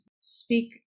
speak